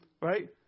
right